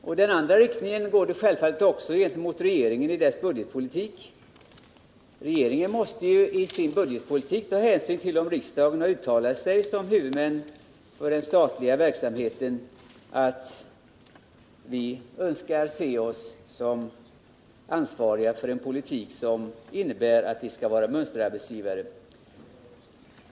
För det andra har det betydelse gentemot regeringen i dess budgetpolitik. Regeringen måste ta hänsyn till om riksdagen som huvudman för den statliga verksamheten har uttalat att staten bör vara mönsterarbetsgivare.